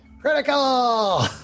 Critical